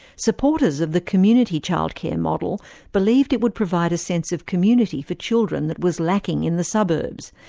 supporters of the community child care model believed it would provide a sense of community for children that was lacking in the suburbs,